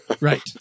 Right